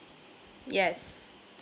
yes